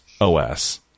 OS